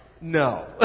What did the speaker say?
no